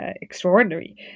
extraordinary